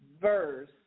verse